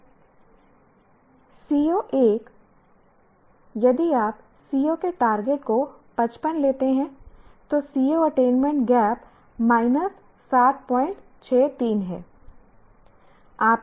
CO1 यदि आप CO के टारगेट को 55 लेते हैं तो CO अटेनमेंट गैप माइनस 763 है